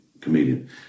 comedian